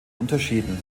unterschieden